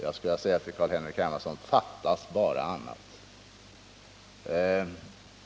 Jag kan säga till Carl Henrik Hermansson: Det skulle bara fattas annat!